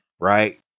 right